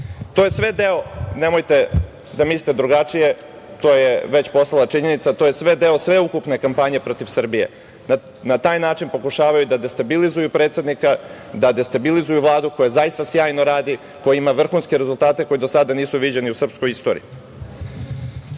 je sve deo, nemojte da mislite drugačije, to je već postala činjenica, sveukupne kampanje protiv Srbije. Na taj način pokušavaju da destabilizuju predsednika, da destabilizuju Vladu koja zaista sjajno radi, koja ima vrhunske rezultate, koji do sada nisu viđeni u srpskoj istoriji.Zašto